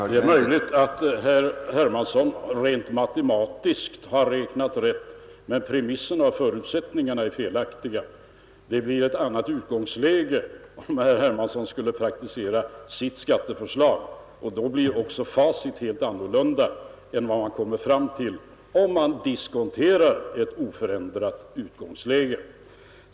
Herr talman! Det är möjligt att herr Hermansson i Stockholm rent matematiskt har räknat rätt, men premisserna — förutsättningarna — är felaktiga. Det blir ett annat utgångsläge om herr Hermansson skulle praktisera sitt skatteförslag, och då blir också facit ett helt annat än vad man kommer fram till om man diskonterar ett oförändrat utgångsläge.